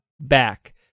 back